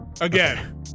again